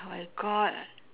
oh my god